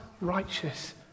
righteous